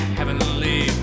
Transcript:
Heavenly